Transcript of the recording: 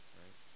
right